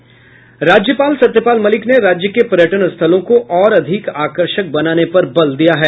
राज्यपाल सत्यपाल मलिक ने राज्य के पर्यटन स्थलों को और अधिक आकर्षक बनाने पर बल दिया है